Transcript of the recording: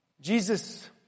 Jesus